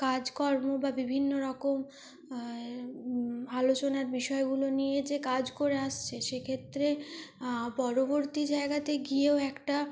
কাজকর্ম বা বিভিন্ন রকম আলোচনার বিষয়গুলো নিয়ে যে কাজ করে আসছে সেক্ষেত্রে পরবর্তী জায়গাতে গিয়েও একটা